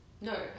No